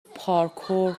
پارکور